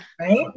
right